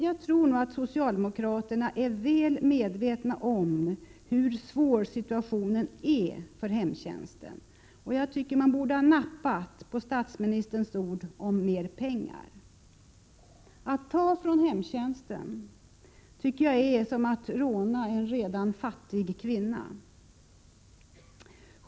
Jag tror nog att socialdemokraterna är så väl medvetna om hur svår hemtjänstens situation är att de borde ha nappat på statsministerns ord om mer pengar. Att ta från hemtjänsten är som att råna en redan fattig kvinna.